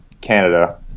Canada